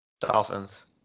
dolphins